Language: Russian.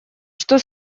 что